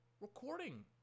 recording